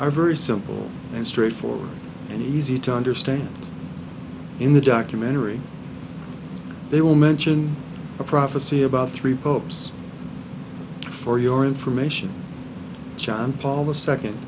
are very simple and straightforward and easy to understand in the documentary they will mention a prophecy about three pope's for your information john paul the second